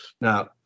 Now